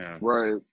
Right